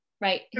right